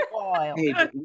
hey